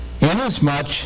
inasmuch